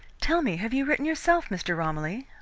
tell me, have you written yourself, mr. romilly?